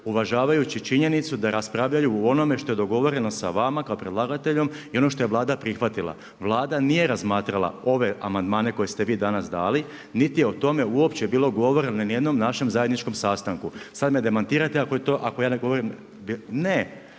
uvažavajući činjenicu da raspravljaju o onome što je dogovoreno sa vama kao predlagateljem i ono što je Vlada prihvatila. Vlada nije razmatrala ove amandmane koje ste vi danas dali, niti je o tome uopće bilo govora ni na jednom našem zajedničkom sastanku. Sad me demantirajte, ako ja ne govorim, ne,